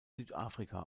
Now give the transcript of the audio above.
südafrika